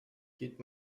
geht